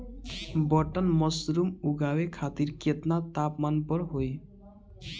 Button mushroom उगावे खातिर केतना तापमान पर होई?